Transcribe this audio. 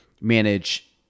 manage